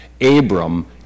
Abram